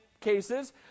cases